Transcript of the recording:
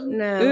no